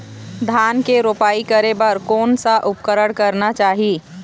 धान के रोपाई करे बर कोन सा उपकरण करना चाही?